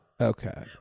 Okay